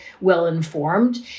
well-informed